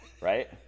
right